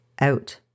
out